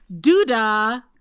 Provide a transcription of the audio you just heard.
Duda